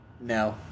no